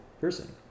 person